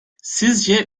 sizce